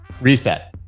Reset